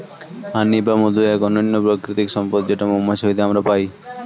হানি বা মধু এক অনন্য প্রাকৃতিক সম্পদ যেটো মৌমাছি হইতে আমরা পাই